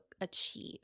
achieve